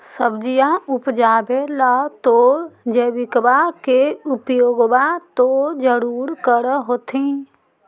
सब्जिया उपजाबे ला तो जैबिकबा के उपयोग्बा तो जरुरे कर होथिं?